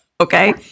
Okay